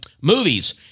Movies